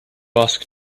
ask